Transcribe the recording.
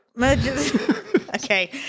Okay